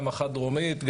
גם מח"ט דרומית,